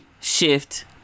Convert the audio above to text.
shift